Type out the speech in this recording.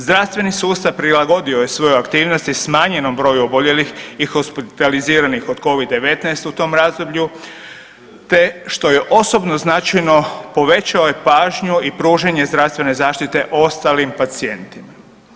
Zdravstveni sustav prilagodio je svoju aktivnost i smanjenom broju oboljelih i hospitaliziranih od Covid-19 u tom razdoblju te što je osobno značajno, povećao je pažnju i pružanje zdravstvene zaštite ostalim pacijentima.